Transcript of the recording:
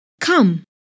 Come